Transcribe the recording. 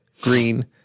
green